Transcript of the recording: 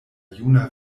juna